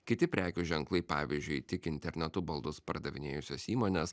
kiti prekių ženklai pavyzdžiui tik internetu baldus pardavinėjusios įmonės